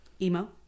Emo